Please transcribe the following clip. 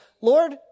Lord